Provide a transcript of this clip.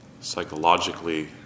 psychologically